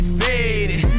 faded